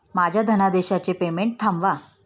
माझ्या धनादेशाचे पेमेंट थांबवा